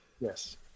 Yes